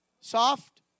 Soft